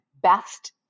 best